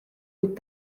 kuid